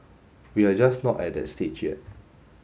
we are just not at that stage yet